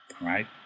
Right